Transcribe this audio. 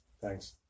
thanks